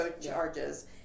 charges